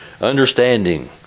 understanding